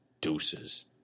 Deuces